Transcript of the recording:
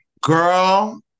Girl